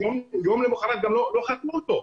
יום למחרת גם לא חקרו אותו,